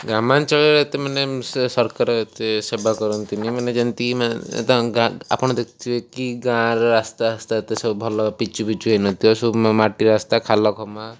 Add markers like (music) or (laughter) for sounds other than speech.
ଗ୍ରାମାଞ୍ଚଳରେ ଏତେ ମାନେ ସେ ସରକାର ଏତେ ସେବା କରନ୍ତିନି ମାନେ ଯେମିତି (unintelligible) ଆପଣ ଦେଖିବେ କି ଗାଁର ରାସ୍ତା ରାସ୍ତା ଏତେ ସବୁ ଭଲ ପିଚୁ ପିଚୁ ହୋଇନଥିବ ସବୁ ମାଟି ରାସ୍ତା ଖାଲଖମା